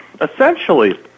Essentially